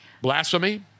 Blasphemy